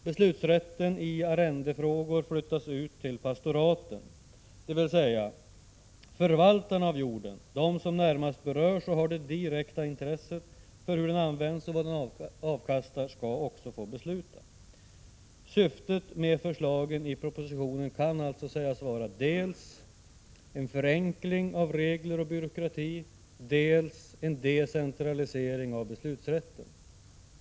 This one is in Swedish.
Beslutsrätten i arrendefrågor flyttas ut till pastoraten — dvs. förvaltarna av jorden, de som närmast berörs och har det direkta intresset för hur den används och vad den avkastar skall också få besluta. Syftet med förslagen i propositionen kan alltså sägas vara dels en förenkling av regler och byråkrati, dels en decentralisering av beslutanderätten.